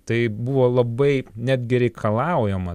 tai buvo labai netgi reikalaujama